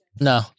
No